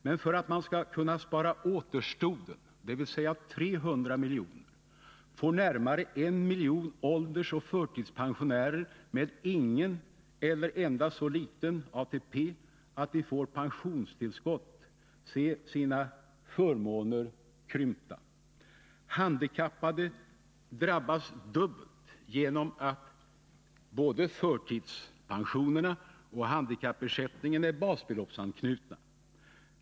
Men för att man skall kunna spara återstoden, dvs. 300 milj.kr., får närmare en miljon åldersoch förtidspensionärer med ingen ATP, eller endast så liten ATP att de får pensionstillskott, se sina förmåner krympta. Handikappade drabbas dubbelt genom att både förtidspensionerna och handikappersättningen är basbeloppsanknutna.